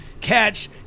catch